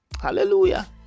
Hallelujah